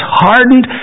hardened